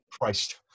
Christ